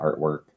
artwork